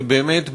באמת,